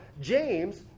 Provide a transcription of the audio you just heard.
James